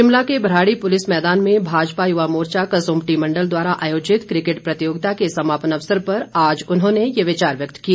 शिमला के भराड़ी पुलिस मैदान में भाजपा युवा मोर्चा कसुंम्पटी मंडल द्वारा आयोजित क्रिकेट प्रतियोगिता के समापन अवसर पर आज उन्होंने ये विचार व्यक्त किए